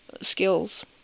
skills